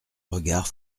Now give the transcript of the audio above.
regard